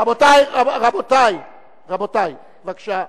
רבותי, בבקשה.